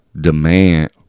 demand